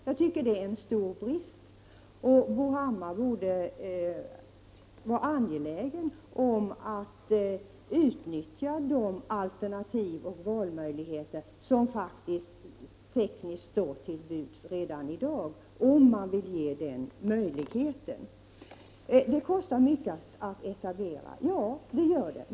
Jag tycker att det är en stor brist. Bo Hammar borde vara angelägen om att utnyttja de alternativ och valmöjligheter som tekniskt står till buds redan i dag, om man vill ge dessa möjligheter. Det kostar mycket att etablera — ja, det gör det.